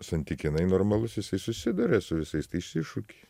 santykinai normalus jisai susiduria su visais tais iššūkiais